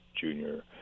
junior